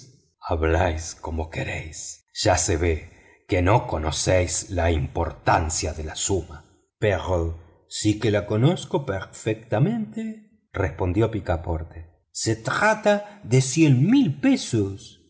habláis como queréis ya se ve que no conocéis la importancia de la suma pero sí que la conozco perfectamente respondió picaporte se trata de veinte mil